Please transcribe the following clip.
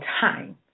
time